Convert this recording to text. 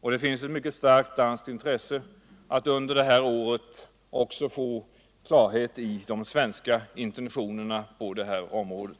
Det finns ett mycket starkt danskt intresse för att under det här året också få klarhet i de svenska intentionerna på detta område.